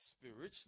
spiritually